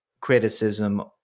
criticism